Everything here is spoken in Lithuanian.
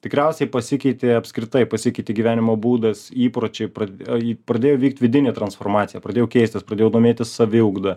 tikriausiai pasikeitė apskritai pasikeitė gyvenimo būdas įpročiai pradėjo vykt vidinė transformacija pradėjau keistis pradėjau domėtis saviugda